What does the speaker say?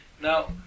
Now